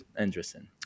interesting